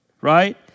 right